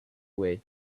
wii